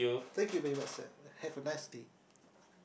thank you very much sir have a nice day